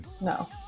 No